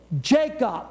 Jacob